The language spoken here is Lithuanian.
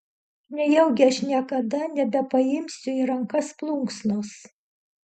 nejaugi aš niekada nebepaimsiu į rankas plunksnos